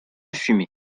fumées